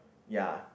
ya